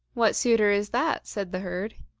what suitor is that? said the herd.